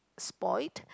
spoiled